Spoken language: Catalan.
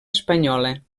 espanyola